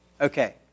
Okay